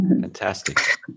Fantastic